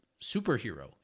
superhero